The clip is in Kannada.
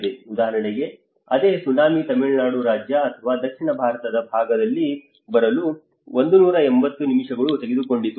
ಉದಾಹರಣೆಗೆ ಅದೇ ಸುನಾಮಿ ತಮಿಳುನಾಡು ರಾಜ್ಯ ಅಥವಾ ದಕ್ಷಿಣ ಭಾರತದ ಭಾಗದಲ್ಲಿ ಬರಲು 180 ನಿಮಿಷಗಳನ್ನು ತೆಗೆದುಕೊಂಡಿತು